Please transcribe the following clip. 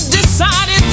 decided